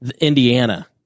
Indiana